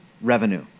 revenue